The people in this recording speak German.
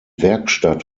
werkstatt